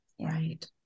Right